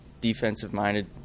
defensive-minded